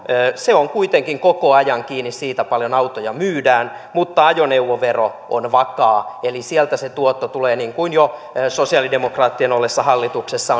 on kuitenkin koko ajan kiinni siitä paljonko autoja myydään mutta ajoneuvovero on vakaa eli sieltä se tuotto tulee niin kuin jo sosialidemokraattien ollessa hallituksessa